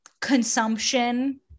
consumption